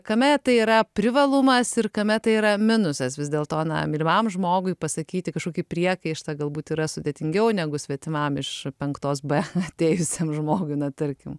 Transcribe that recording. kame tai yra privalumas ir kame tai yra minusas vis dėlto na mylimam žmogui pasakyti kažkokį priekaištą galbūt yra sudėtingiau negu svetimam iš penktos b atėjusiam žmogui na tarkim